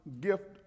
gift